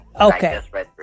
Okay